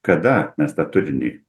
kada mes tą turinį